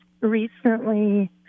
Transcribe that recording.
Recently